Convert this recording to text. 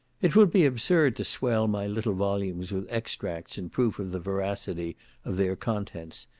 it would be absurd to swell my little volumes with extracts in proof of the veracity of their contents,